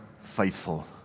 faithful